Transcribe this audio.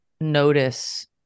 notice